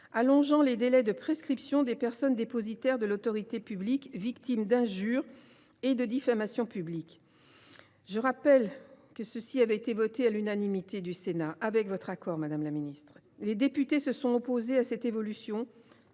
allongeant les délais de prescription des personnes dépositaires de l’autorité publique victimes d’injure et de diffamation publiques. Le vote du Sénat avait été unanime – avec votre assentiment, madame la ministre. Les députés se sont opposés à cette évolution,